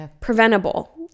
preventable